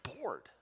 bored